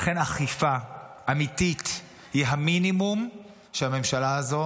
לכן אכיפה אמיתית היא המינימום שהמשלה הזו